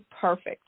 perfect